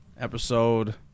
episode